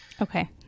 Okay